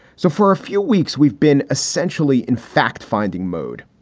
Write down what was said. so for a few weeks, we've been essentially, in fact, finding mode,